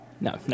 No